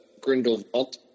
Grindelwald